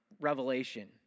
revelation